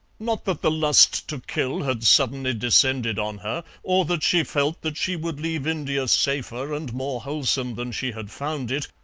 not that the lust to kill had suddenly descended on her, or that she felt that she would leave india safer and more wholesome than she had found it,